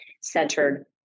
centered